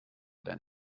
than